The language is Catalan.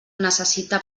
necessita